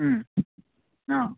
उम् अँ